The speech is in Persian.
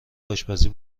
آشپزی